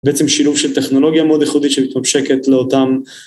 בעצם שילוב של טכנולוגיה מאוד ייחודית שמתממשקת לאותם.